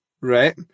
right